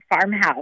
farmhouse